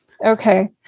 Okay